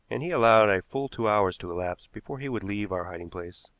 and he allowed a full two hours to elapse before he would leave our hiding-place.